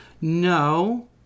No